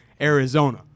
Arizona